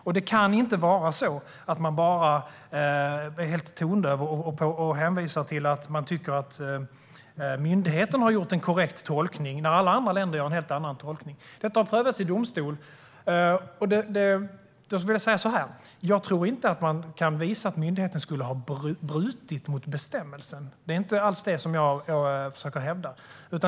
Man kan inte bara vara helt tondöv och hänvisa till att man tycker att myndigheten har gjort en korrekt tolkning när alla andra länder gör en helt annan tolkning. Detta har prövats i domstol. Jag skulle vilja säga så här: Jag tror inte att man kan visa att myndigheten skulle ha brutit mot bestämmelsen. Det är inte alls det jag försöker hävda.